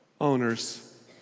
owners